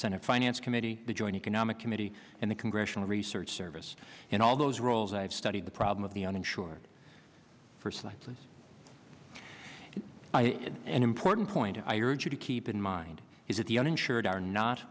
senate finance committee the joint economic committee and the congressional research service in all those roles i've studied the problem of the uninsured for cyclists an important point i urge you to keep in mind is that the uninsured are not